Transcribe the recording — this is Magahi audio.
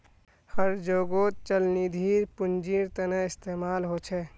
हर जोगोत चल निधिर पुन्जिर तने इस्तेमाल होचे